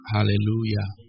Hallelujah